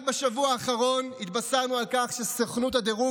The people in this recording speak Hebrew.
רק בשבוע האחרון התבשרנו על כך שסוכנות הדירוג